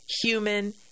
human